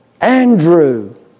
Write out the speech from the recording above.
Andrew